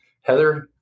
Heather